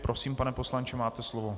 Prosím, pane poslanče, máte slovo.